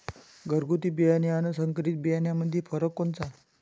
घरगुती बियाणे अन संकरीत बियाणामंदी फरक कोनचा?